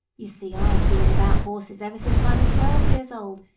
you see, i have been about horses ever since i was twelve years old,